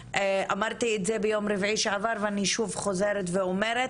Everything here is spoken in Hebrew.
אמרתי את זה ביום רביעי שעבר ואני שוב חוזרת ואומרת,